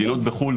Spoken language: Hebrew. מדינות בחו"ל,